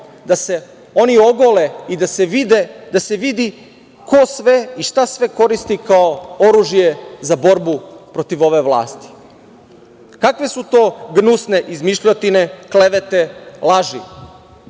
da se oni ogole i da se vidi ko sve i šta sve koristi kao oružje za borbu protiv ove vlasti. Kakve su to gnusne izmišljotine, klevete, laži